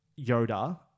Yoda